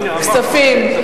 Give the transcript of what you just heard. כספים.